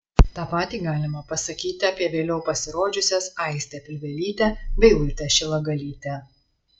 tą patį galima pasakyti apie vėliau pasirodžiusias aistę pilvelytę bei urtę šilagalytę